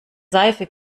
seife